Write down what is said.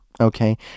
okay